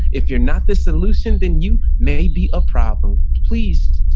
if you're not the solution, then you may be a problem, please.